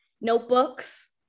notebooks